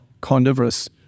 carnivorous